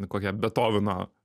kokią bethoveno